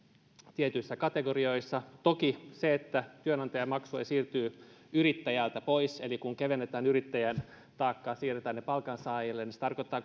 tietyissä kategorioissa toki se kun työantajamaksuja siirtyy yrittäjältä pois eli kun kevennetään yrittäjän taakkaa ja siirretään ne palkansaajille tarkoittaa